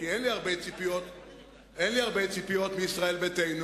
כי אין לי הרבה ציפיות מישראל ביתנו,